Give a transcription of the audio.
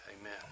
amen